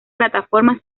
plataformas